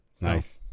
Nice